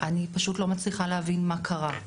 אני פשוט לא מצליחה להבין מה קרה.